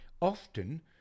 often